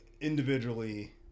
individually